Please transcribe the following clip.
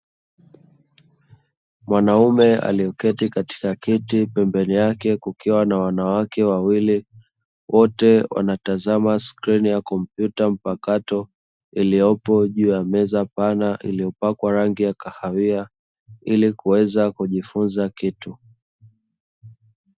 Mwanaume aliyeketi katika kiti, pembeni yake kukiwa na wanawake wawili wote wanatazama skrini ya kompyuta mpakato, iliopo juu ya meza pana iliyopakwa rangi ya kahawia ili kuweza kujifunza kitu.